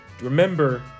Remember